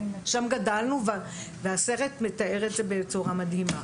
שם גדלנו והסרט מתאר את זה בצורה מדהימה.